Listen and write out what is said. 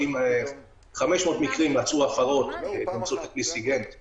אם מתוך 500 מקרים הפרות באמצעי סיגינטי